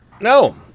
No